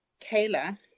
Kayla